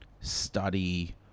study